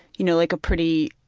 you know, like a pretty,